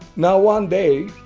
now one day